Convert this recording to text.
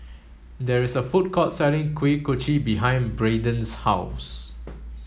there is a food court selling Kuih Kochi behind Braiden's house